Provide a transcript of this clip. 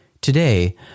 Today